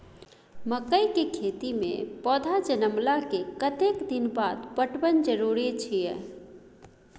मकई के खेती मे पौधा जनमला के कतेक दिन बाद पटवन जरूरी अछि?